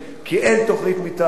ושחבר הכנסת מגלי והבה,